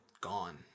gone